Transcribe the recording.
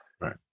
right